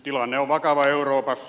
tilanne on vakava euroopassa